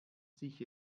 sich